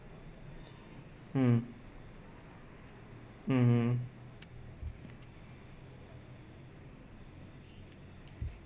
mm mmhmm